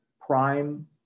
prime